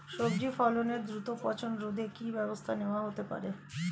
সবজি ফসলের দ্রুত পচন রোধে কি ব্যবস্থা নেয়া হতে পারে?